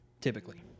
typically